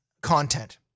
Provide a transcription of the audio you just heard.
content